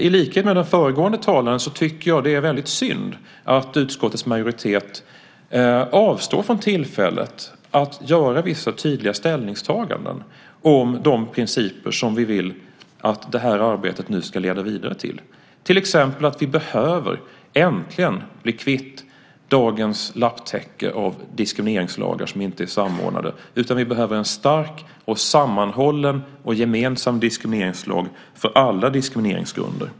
I likhet med den föregående talaren tycker jag att det är väldigt synd att utskottets majoritet avstår från tillfället att göra vissa tydliga ställningstaganden om de principer som vi vill att det här arbetet nu ska leda vidare till. Vi behöver till exempel äntligen bli kvitt dagens lapptäcke av diskrimineringslagar som inte är samordnade, och vi behöver en stark, sammanhållen och gemensam diskrimineringslag för alla diskrimineringsgrunder.